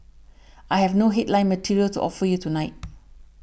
I have no headline material to offer you tonight